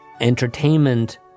entertainment